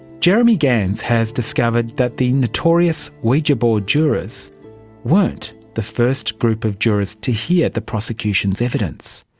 jeremy gans has discovered that the notorious ouija board jurors weren't the first group of jurors to hear the prosecution's evidence.